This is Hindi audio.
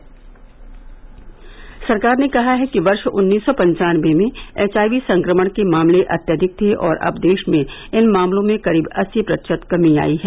र्ष स सरकार ने कहा है कि वर्ष उन्नीस सौ पन्चानवे में एचआईवी संक्रमण के मामले अत्यधिक थे और अब देश में इन मामलों में करीब अस्सी प्रतिशत कमी आई है